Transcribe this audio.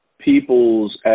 people's